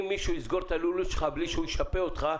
אם מישהו יסגור את הלולים שלך בלי שהוא ישפה אותך,